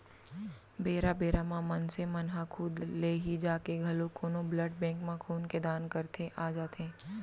बेरा बेरा म मनसे मन ह खुद ले ही जाके घलोक कोनो ब्लड बेंक म खून के दान करके आ जाथे